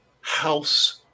house